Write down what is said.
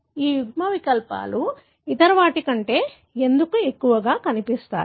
ఈ యుగ్మవికల్పాలు ఇతర వాటి కంటే ఎందుకు ఎక్కువగా కనిపిస్తాయి